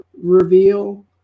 reveal